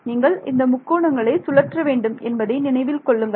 நீங்கள் இந்த முக்கோணங்களை சுழற்ற வேண்டும் என்பதை நினைவு கொள்ளுங்கள்